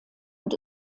und